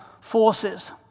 forces